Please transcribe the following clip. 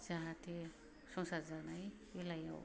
जाहाथे संसार जानाय बेलायाव